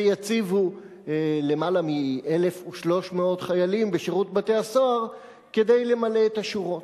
ויציבו יותר מ-1,300 חיילים בשירות בתי-הסוהר כדי למלא את השורות.